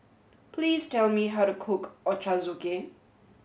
please tell me how to cook Ochazuke